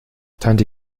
tante